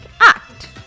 act